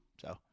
so-